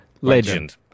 Legend